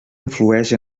influeix